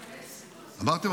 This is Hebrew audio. אמרתם,